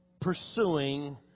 pursuing